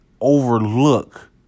overlook